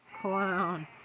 clown